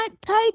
type